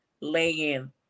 laying